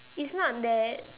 it's not that